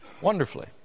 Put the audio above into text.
wonderfully